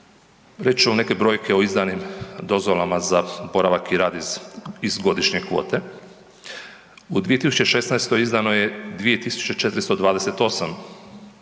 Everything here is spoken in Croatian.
Reći ću neke brojke o izdanim dozvolama za boravak i rad iz godišnje kvote. U 2016. izdano je 2.428